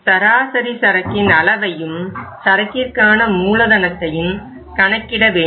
சராசரி சரக்கின் அளவையும் சரக்கிற்கான மூலதனத்தையும் கணக்கிட வேண்டும்